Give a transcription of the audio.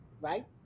right